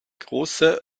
große